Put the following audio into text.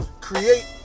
create